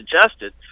suggested